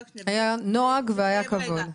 היה נוהג והיה כבוד.